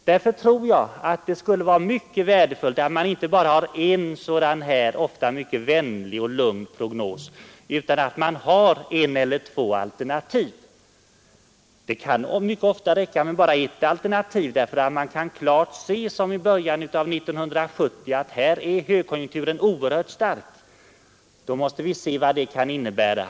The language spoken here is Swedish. Därför anser jag det vara värdefullt att det inte bara fanns en enda, ofta lugn och vänlig prognos, utan också ett eller två alternativ. Det kan ofta räcka med bara ett alternativ. I början av 1970 kunde man t.ex. klart se en oerhört stark högkonjunktur, och man måste då tänka efter vad denna överhettning kunde innebära.